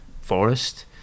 Forest